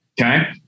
Okay